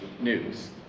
news